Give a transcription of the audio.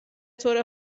طور